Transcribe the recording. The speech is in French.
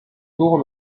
tour